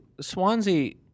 Swansea